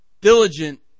Diligent